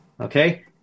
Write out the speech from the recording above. okay